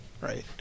right